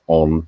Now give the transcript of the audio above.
on